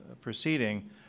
proceeding